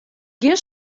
gjin